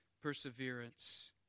perseverance